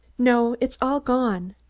no. it's all gone.